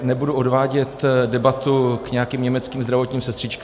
Nebudu odvádět debatu k nějakým německým zdravotním sestřičkám.